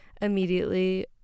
immediately